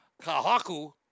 kahaku